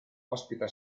ospita